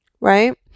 Right